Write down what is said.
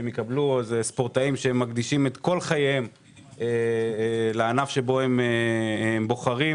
ספורטאים שמקדישים את כל חייהם לענף שבו הם בוחרים,